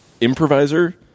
improviser